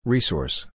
Resource